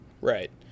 Right